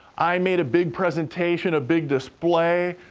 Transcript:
i made a big presentation, a big display.